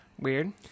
Weird